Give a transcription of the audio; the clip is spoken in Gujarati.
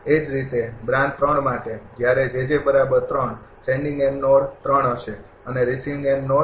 એ જ રીતે બ્રાન્ચ માટે જ્યારે સેંડિંગ એન્ડ નોડ હશે અને રિસીવિંગ એન્ડ નોડ